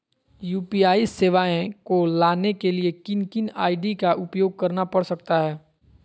UPI सेवाएं को लाने के लिए किन किन आई.डी का उपयोग करना पड़ सकता है?